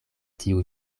tiu